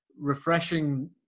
refreshing